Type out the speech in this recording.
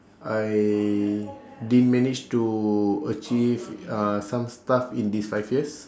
I didn't manage to achieve uh some stuff in this five years